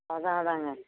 அதுதான் அதாங்க